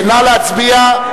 נא להצביע.